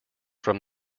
from